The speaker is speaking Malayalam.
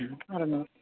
ഉം പറഞ്ഞോ